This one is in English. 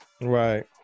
Right